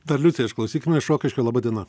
dar liuciją išklausykime iš rokiškio laba diena